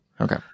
Okay